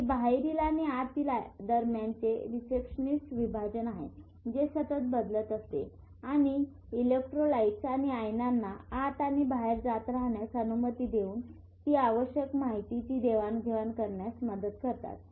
हे बाहेरील आणि आतील दरम्यानचे रिसेप्टर्ससह विभाजन आहे जे सतत बदलत असते आणि इलेक्ट्रोलाइट्स आणि आयनांना आत आणि बाहेर जात राहण्यास अनुमती देऊन आणि ती आवश्यक माहितीची देवाणघेवाण करण्यास मदत करतात